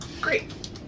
Great